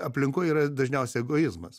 aplinkoj yra dažniausiai egoizmas